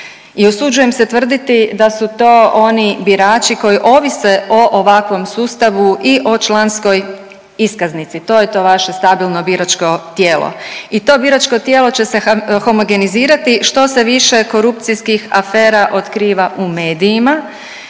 I usuđujem se tvrditi da su to oni birači koji ovise o ovakvom sustavu i o članskoj iskaznici. To je to vaše stabilno biračko tijelo. I to biračko tijelo će se homogenizirati što se više korupcijskih afera otkriva u medijima